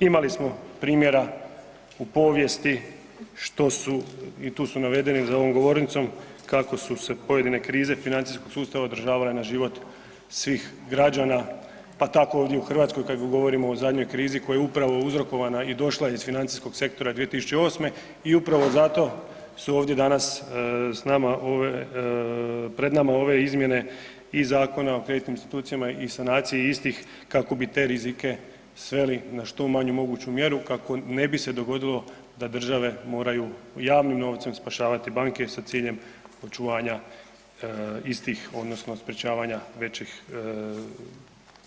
Imali smo primjera u povijesti što su i tu su navedeni za ovom govornicom kako su se pojedine krize financijskog sustava održavale na život svih građana, pa tako i ovdje u Hrvatskoj kada govorimo o zadnjoj krizi koja je upravo uzrokovana i došla iz financijskog sektora 2008. i upravo zato su ovdje danas pred nama ove izmjene i Zakona o kreditnim institucijama i sanaciji istih kako bi te rizike sveli na što manju moguću mjeru kako se ne bi dogodilo da države moraju javnim novcem spašavati banke sa ciljem očuvanja istih odnosno sprečavanja većih